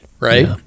Right